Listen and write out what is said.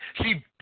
see